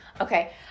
Okay